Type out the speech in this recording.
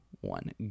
one